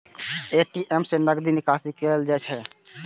ATM सं नकदी के निकासी कैल जा सकै छै